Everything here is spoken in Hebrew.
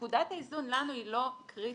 נקודת האיזון לנו היא לא קריטית,